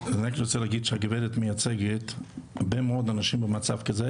אני רק רוצה להגיד שהגברת מייצגת הרבה מאוד אנשים במצב כזה,